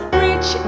reach